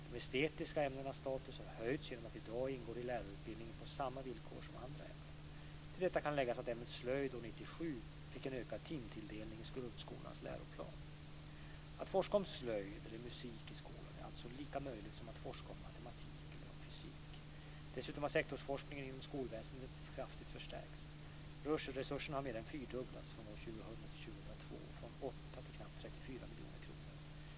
De estetiska ämnenas status har höjts genom att de i dag ingår i lärarutbildningen på samma villkor som andra ämnen. Till detta kan läggas att ämnet slöjd år 1997 fick en ökad timtilldelning i grundskolans läroplan. Att forska om slöjd eller musik i skolan är alltså lika möjligt som att forska om matematik eller fysik. Dessutom har sektorsforskningen inom skolväsendet kraftigt förstärkts. Resurserna har mer än fyrdubblats från år 2000 till år 2002 - från 8 miljoner kronor till knappt 34 miljoner kronor.